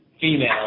female